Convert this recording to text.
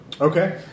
Okay